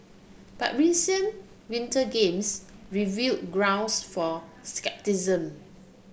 but recent Winter Games reveal grounds for scepticism